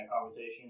conversation